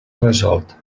resolt